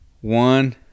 One